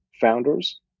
founders